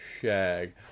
shag